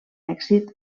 èxit